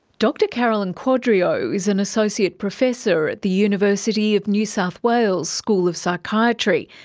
dr carolyn quadrio is an associate professor at the university of new south wales' school of psychiatry,